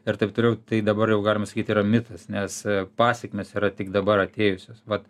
ir taip toliau tai dabar jau galima sakyt yra mitas nes pasekmės yra tik dabar atėjusios vat